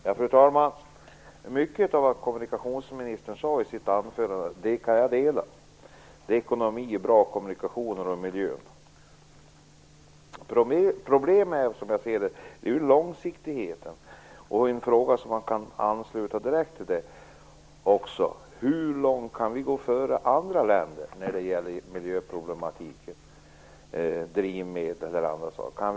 Fru talman! Jag kan instämma i mycket av vad kommunikationsministern sade i sitt anförande - det är ekonomi i bra kommunikationer och miljö. Problemet är, som jag ser det, långsiktigheten. En fråga som har direkt anknytning till det är: Hur långt före andra länder kan vi gå när det gäller miljön, t.ex. när det gäller drivmedel och liknande saker?